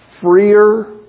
Freer